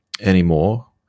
anymore